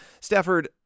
stafford